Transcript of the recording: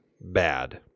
Bad